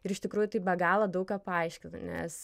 ir iš tikrųjų taip be galo daug ką paaiškina nes